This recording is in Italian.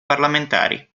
parlamentari